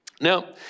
Now